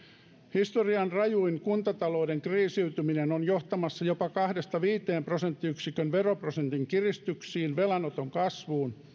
historian rajuin kuntatalouden kriisiytyminen on johtamassa jopa kahden viiva viiden prosenttiyksikön veroprosentin kiristyksiin velanoton kasvuun